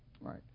Right